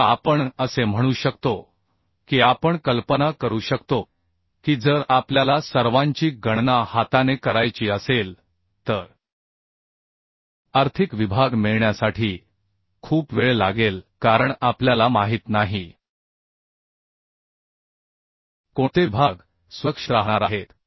आता आपण असे म्हणू शकतो की आपण कल्पना करू शकतो की जर आपल्याला सर्वांची गणना हाताने करायची असेल तर आर्थिक विभाग मिळण्यासाठी खूप वेळ लागेल कारण आपल्याला माहित नाही कोणते विभाग सुरक्षित राहणार आहेत